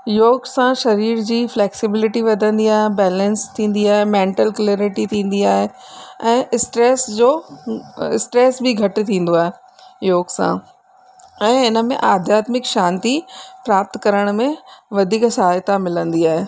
योग सां शरीर जी फ्लैक्सिबिलिटी वधंदी आहे बैलेंस थींदी आहे मैंटल क्लैरिटी थींदी आहे ऐं स्ट्रेस जो स्ट्रेस बि घटि थींदो आहे योग सां ऐं इन में आध्यात्मिक शांती प्राप्त करण में वधीक सहायता मिलंदी आहे